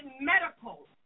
medical